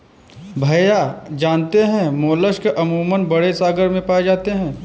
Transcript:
भैया जानते हैं मोलस्क अमूमन बड़े सागर में पाए जाते हैं